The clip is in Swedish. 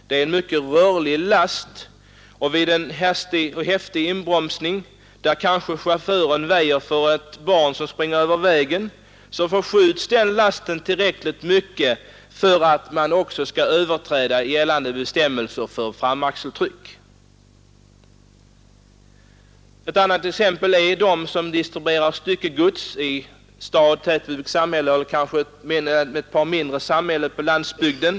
Grus är en mycket rörlig last, och vid en häftig inbromsning — chauffören kanske väjer för ett barn som springer över vägen — förskjuts lasten tillräckligt mycket för att man också skall överträda gällande bestämmelser för framaxeltryck. Ett annat exempel är de lastbilar som används för att distribuera styckegods i stad eller tättbebyggt samhälle eller kanske mellan ett par mindre orter på landsbygden.